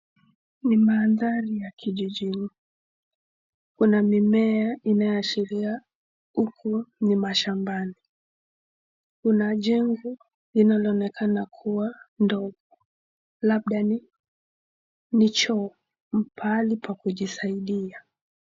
Ni mandhari ya kijijini kuna mimea inayoashiria huku ni mashambani. Kuna jengo linaloonekana kuwa ni ndogo labda ni choo pahali pa kujisaidia.